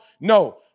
No